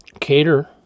cater